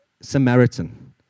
Samaritan